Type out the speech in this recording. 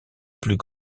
plus